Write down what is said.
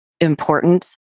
important